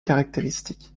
caractéristiques